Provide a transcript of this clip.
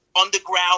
underground